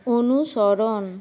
অনুসরণ